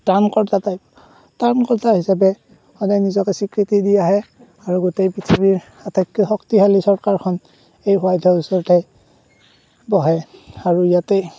ত্ৰাণকৰ্তা টাইপ ত্ৰাণকৰ্তা হিচাপে সদায় নিজকে স্বিকৃতি দি আহে আৰু গোটেই পৃথিৱীৰ আটাইতকৈ শক্তিশালী চৰকাৰখন এই হোৱাইট হাউচতে বহে আৰু ইয়াতেই